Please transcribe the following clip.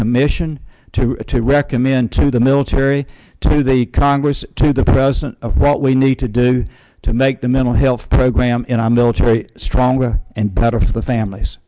commission to recommend to the military to the congress to the president we need to do to make the mental health program in our military stronger and better for the families